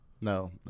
No